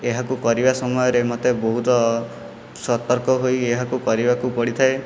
ଏହାକୁ କରିବା ସମୟରେ ମୋତେ ବହୁତ ସତର୍କ ହୋଇ ଏହାକୁ କରିବାକୁ ପଡ଼ିଥାଏ